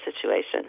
situation